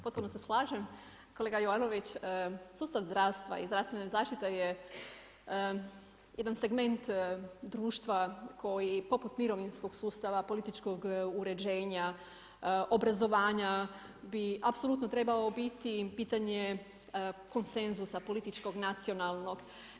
Potpuno se slažem kolega Jovanović, sustav zdravstva i zdravstvene zaštite je jedan segment društva koji poput mirovinskog sustava, političkog uređenja, obrazovanja bi apsulutno trebao biti pitanje konsenzusa političkog, nacionalnog.